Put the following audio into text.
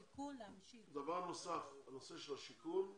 דבר נוסף, הנושא של השיכון,